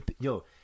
Yo